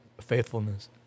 faithfulness